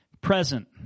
present